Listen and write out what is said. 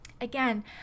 Again